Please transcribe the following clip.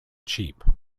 cheap